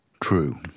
true